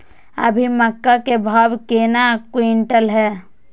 अभी मक्का के भाव केना क्विंटल हय?